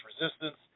resistance